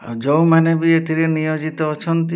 ଆଉ ଯେଉଁମାନେ ବି ଏଥିରେ ନିୟୋଜିତ ଅଛନ୍ତି